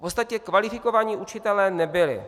Ostatně kvalifikovaní učitelé nebyli.